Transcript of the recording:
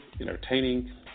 entertaining